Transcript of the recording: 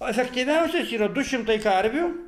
aš aktyviausias yra du šimtai karvių